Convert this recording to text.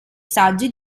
saggi